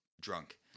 drunk